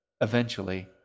Eventually